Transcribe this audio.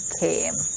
came